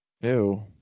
Ew